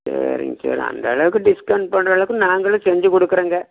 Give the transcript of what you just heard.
சரிங்க சார் அந்தளவுக்கு டிஸ்கவுண்ட் போடுற அளவுக்கு நாங்களும் செஞ்சு கொடுக்குறோங்க